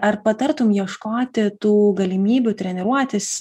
ar patartum ieškoti tų galimybių treniruotis